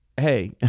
Hey